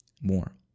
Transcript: more